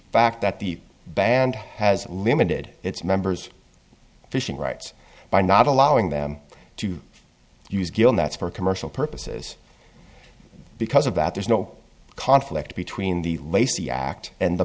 fact that the band has limited its members fishing rights by not allowing them to use gill nets for commercial purposes because of that there's no conflict between the lacey act and the